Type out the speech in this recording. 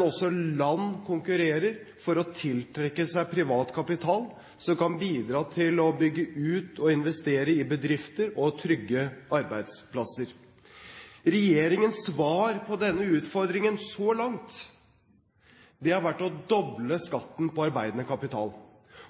Også land konkurrerer for å tiltrekke seg privat kapital som kan bidra til å bygge ut og investere i bedrifter og trygge arbeidsplasser. Regjeringens svar på denne utfordringen så langt har vært å doble skatten på arbeidende kapital.